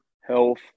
health